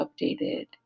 updated